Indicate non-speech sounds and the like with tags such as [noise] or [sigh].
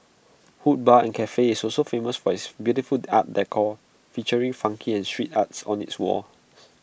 hood bar and Cafe is also famous for its beautiful art decor featuring funky and street arts on its walls [noise]